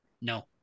No